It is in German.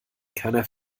keiner